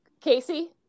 Casey